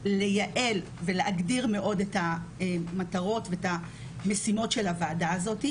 לייעל ולהגדיר מאוד את המטרות ואת המשימות של הוועדה הזאת.